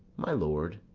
my lord,